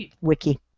wiki